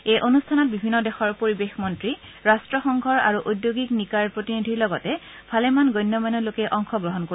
এই অনুষ্ঠানত বিভিন্ন দেশৰ পৰিৱেশ মন্ত্ৰী ৰাষ্ট্ৰসংঘৰ আৰু ঔদ্যোগীক নিকায়ৰ প্ৰতিনিধিৰ লগতে ভালেমান গণ্য মান্য লোকে অংশগ্ৰহণ কৰিব